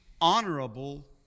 honorable